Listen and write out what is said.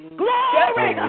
glory